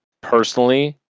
personally